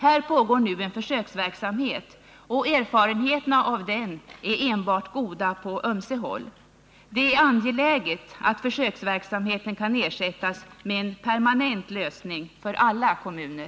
Här pågår nu en försöksverksamhet, och erfarenheterna av den är enbart goda på ömse håll. Det är angeläget att försöksverksamheten kan ersättas med en permanent lösning för alla kommuner.